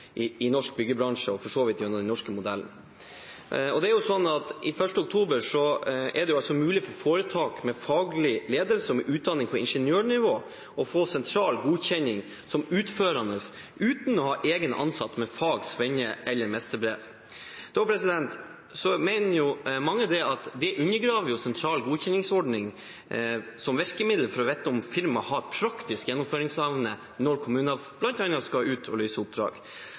i norsk byggebransje, og for så vidt gjennom den norske modellen. Fra 1. oktober er det mulig for foretak med faglig ledelse og med utdanning på ingeniørnivå å få sentral godkjenning som utførende uten å ha egne ansatte med fag-, svenne- eller mesterbrev. Mange mener at det undergraver sentral godkjenningsordning som virkemiddel for å vite om firmaet har praktisk gjennomføringsevne når kommunene, bl.a., skal